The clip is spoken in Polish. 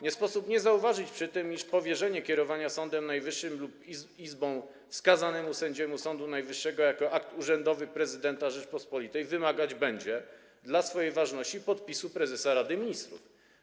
Nie sposób nie zauważyć przy tym, iż powierzenie kierowania Sądem Najwyższym lub izbą wskazanemu sędziemu Sądu Najwyższego jako akt urzędowy prezydenta Rzeczypospolitej wymagać będzie dla swojej ważności podpisu prezesa Rady Ministrów.